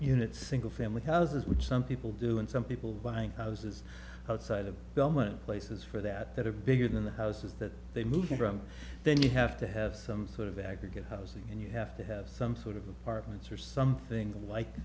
units single family houses which some people do and some people buying houses outside of government places for that that are bigger than the houses that they moved from then you have to have some sort of aggregate housing and you have to have some sort of apartments or something like